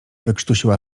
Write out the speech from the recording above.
wykrztusiła